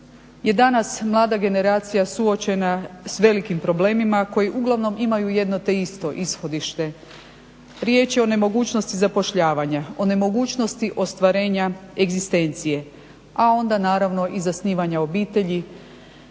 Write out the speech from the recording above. je danas mlada generacija suočena sa velikim problemima koji uglavnom imaju jedno te isto ishodište. Riječ je o nemogućnosti zapošljavanja, o nemogućnosti ostvarenja egzistencije, a onda naravno i zasnivanja obitelji